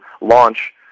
launch